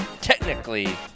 technically